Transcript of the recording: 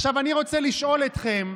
עכשיו, אני רוצה לשאול אתכם,